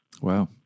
Wow